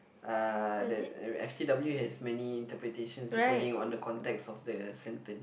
uh the f_t_w has many interpretations depending on the context of the sentence